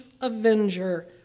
avenger